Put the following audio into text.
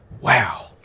wow